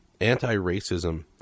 anti-racism